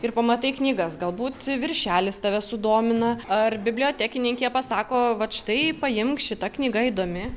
ir pamatai knygas galbūt viršelis tave sudomina ar bibliotekininkė pasako vat štai paimk šita knyga įdomi